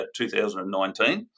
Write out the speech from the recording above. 2019